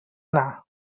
anar